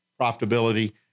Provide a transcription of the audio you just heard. profitability